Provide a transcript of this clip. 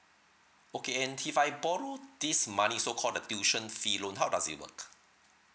okay and if I borrow this money so called the tuition fee loan how does it work